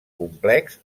complex